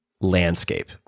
landscape